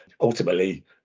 Ultimately